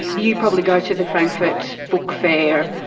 you probably go to the frankfurt book fair,